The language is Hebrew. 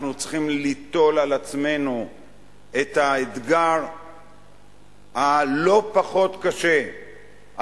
אנחנו צריכים ליטול על עצמנו את האתגר הלא-פחות קשה,